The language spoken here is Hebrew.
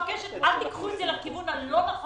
אם זה בסדר, אם זה לא איזה קריטריון חדש אלא נסמך